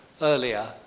earlier